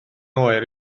oer